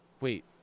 wait